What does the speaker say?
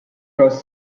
cross